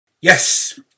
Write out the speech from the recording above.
Yes